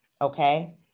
okay